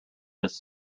this